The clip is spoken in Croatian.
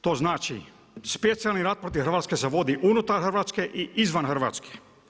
To znači, specijalni rat protiv Hrvatske se vodi unutar Hrvatske i izvan Hrvatske.